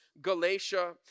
Galatia